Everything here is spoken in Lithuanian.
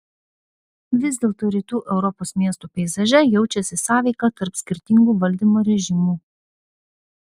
vis dėlto rytų europos miestų peizaže jaučiasi sąveika tarp skirtingų valdymo režimų